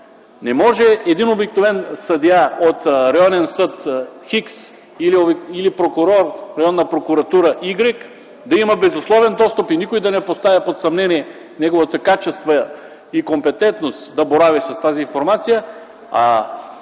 Не може един обикновен съдия от Районен съд „Х” или прокурор от Районна прокуратура „Y” да имат безусловен достъп и никой да не поставя под съмнение неговите качества и компетентност да борави с тази информация,